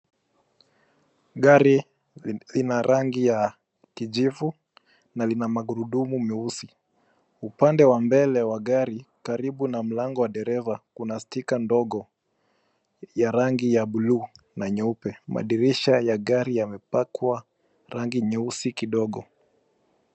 Gari lina rangi ya kijivu, na lina magurudumu meusi. Upande wa mbele wa gari ,karibu na mlango wa dereva kuna stika ndogo ya rangi ya blue na nyeupe. Madirisha ya gari yamepakwa rangi nyeusi kidogo.